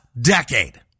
decade